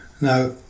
Now